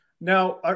Now